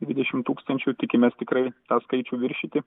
dvidešim tūkstančių tikimės tikrai tą skaičių viršyti